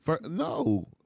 No